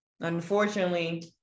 Unfortunately